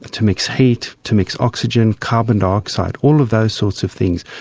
to mix heat, to mix oxygen, carbon dioxide, all of those sorts of things.